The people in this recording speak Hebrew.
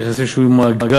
שנכנסים לאיזשהו מעגל,